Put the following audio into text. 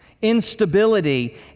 instability